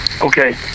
Okay